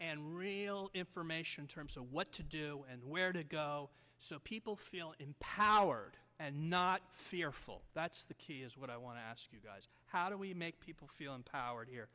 and real information terms of what to do and where to go so people feel empowered and not fearful that's the key is what i want to ask you guys how do we make people feel empowered